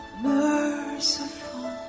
merciful